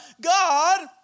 God